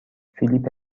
فیلیپ